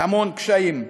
בהמון קשיים.